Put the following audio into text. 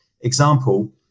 example